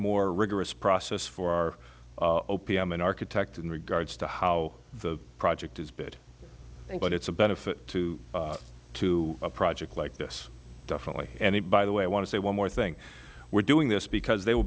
more rigorous process for our o p m an architect in regards to how the project is bid and but it's a benefit to to a project like this definitely and it by the way i want to say one more thing we're doing this because they will